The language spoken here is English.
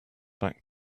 back